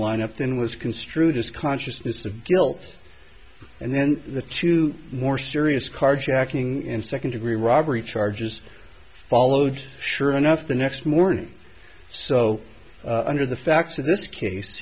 lineup then was construed as consciousness of guilt and then the two more serious carjacking in second degree robbery charges followed sure enough the next morning so under the facts of this case